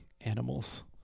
animals